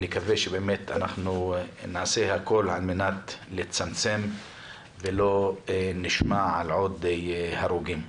נקווה שבאמת נעשה הכול על מנת לצמצם ושלא נשמע על עוד הרוגים.